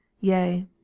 Yea